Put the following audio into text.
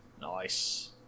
Nice